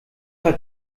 war